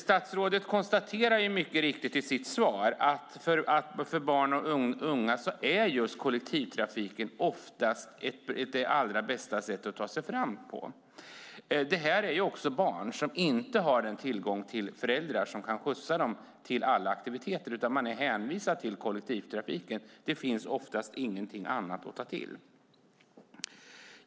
Statsrådet konstaterar mycket riktigt i sitt svar att för barn och unga är kollektivtrafiken ofta det bästa sättet att ta sig fram. Många barn har inte föräldrar som kan skjutsa dem till aktiviteter utan är hänvisade till kollektivtrafiken. Det finns ofta inget alternativ.